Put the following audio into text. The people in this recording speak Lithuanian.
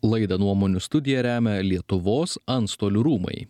laidą nuomonių studija remia lietuvos antstolių rūmai